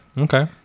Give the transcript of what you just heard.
Okay